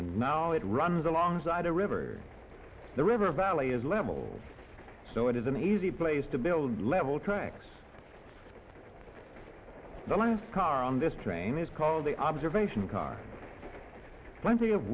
and now it runs alongside a river the river valley is level so it is an easy place to build level tracks the car on this train is called the observation car plenty of